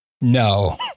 no